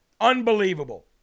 Unbelievable